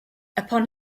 upon